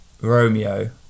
Romeo